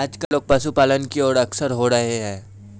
आजकल लोग पशुपालन की और अग्रसर हो रहे हैं